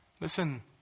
Listen